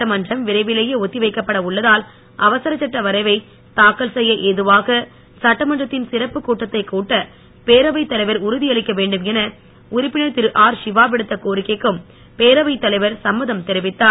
சட்டமன்றம் விரைவிலேயே ஒத்தி வைக்கப்பட உள்ளதால் அவசர சட்ட வரைவை தாக்கல் செய்ய ஏதுவாக சட்டமன்றத்தின் சிறப்புக் கூட்டத்தைக் கூட்ட பேரவைத் தலைவர் உறுதியளிக்க வேண்டும் என உறுப்பினர் திரு ஆர் சிவா விடுத்த கோரிக்கைக்கும் பேரவைத் தலைவர் சம்மதம் தெரிவித்தார்